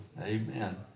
Amen